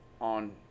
on